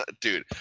Dude